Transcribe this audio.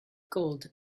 gold